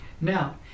Now